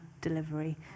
delivery